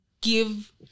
give